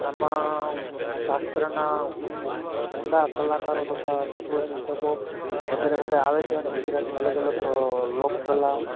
આમાં શાસ્ત્રના ઉમદા કલાકારો થતાં તત્ત્વચિંતકો વગેરે બધા આવે છે અને ગુજરાતની અલગ અલગ લોક કલા